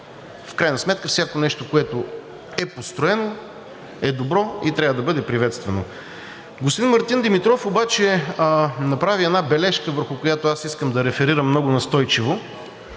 В крайна сметка всяко нещо, което е построено, е добро и трябва да бъде приветствано. Господин Мартин Димитров обаче направи една бележка, върху която аз искам да реферирам много настойчиво.